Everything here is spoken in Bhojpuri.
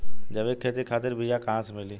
जैविक खेती खातिर बीया कहाँसे मिली?